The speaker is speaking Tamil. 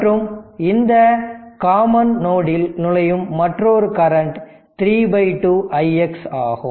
மற்றும் இந்த காமன் நோடில் நுழையும் மற்றொரு கரண்ட் 32 ix ஆகும்